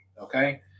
Okay